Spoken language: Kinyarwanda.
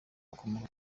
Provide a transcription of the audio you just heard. bakomoka